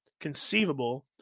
conceivable